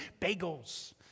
bagels